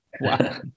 wow